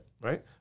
Right